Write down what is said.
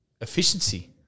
efficiency